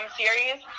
series